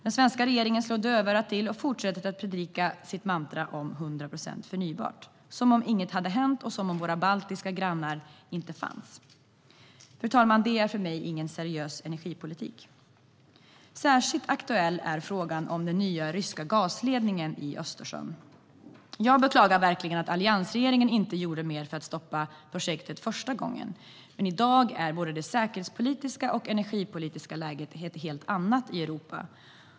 Den svenska regeringen slår dövörat till och fortsätter att predika sitt mantra om 100 procent förnybart, som om inget hade hänt och som om våra baltiska grannar inte fanns. Fru talman! Det är för mig ingen seriös energipolitik. Särskilt aktuell är frågan om den nya ryska gasledningen i Östersjön. Jag beklagar verkligen att alliansregeringen inte gjorde mer för att stoppa projektet första gången. I dag är det säkerhetspolitiska och energipolitiska läget ett helt annat i Europa.